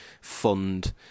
fund